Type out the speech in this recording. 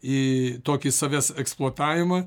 į tokį savęs eksploatavimą